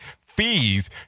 fees